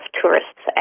tourists